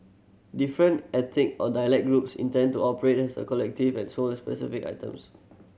different ethnic or dialect groups intended to operate as a collective and sold specific items